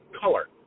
color